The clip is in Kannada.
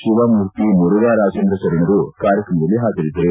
ಶಿವಮೂರ್ತಿ ಮುರುಘರಾಜೇಂದ್ರ ಶರಣರು ಕಾರ್ಯಕ್ರಮದಲ್ಲಿ ಹಾಜರಿದ್ದರು